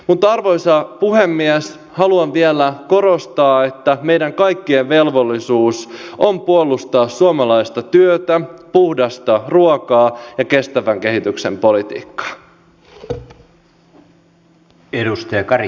mutta arvoisa puhemies haluan vielä korostaa että meidän kaikkien velvollisuus on puolustaa suomalaista työtä puhdasta ruokaa ja kestävän kehityksen politiikkaa